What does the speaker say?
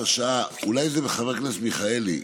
אולי זה חבר הכנסת מיכאלי?